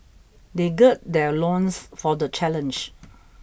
they gird their loins for the challenge